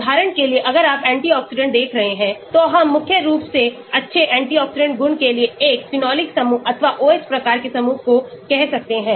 उदाहरण के लिए अगर आप एंटीऑक्सिडेंट देख रहे हैं तो हम मुख्य रूप से अच्छे एंटीऑक्सिडेंट गुण के लिए एक फेनोलिक समूह अथवा OH प्रकार के समूह को कह सकते हैं